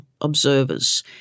observers